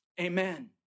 Amen